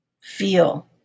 feel